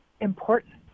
important